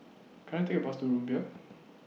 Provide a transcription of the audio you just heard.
Can I Take A Bus to Rumbia